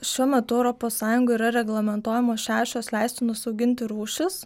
šiuo metu europos sąjungoj yra reglamentuojamos šešios leistinos auginti rūšys